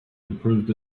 improved